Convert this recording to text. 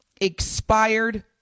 expired